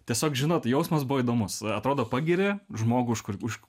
tiesiog žinot jausmas buvo įdomus atrodo pagiri žmogų iškart už